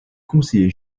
conseiller